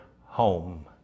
home